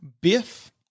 Biff